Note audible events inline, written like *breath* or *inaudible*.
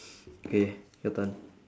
*breath* K your turn